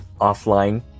offline